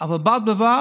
אבל בד בבד